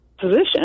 position –